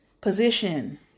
position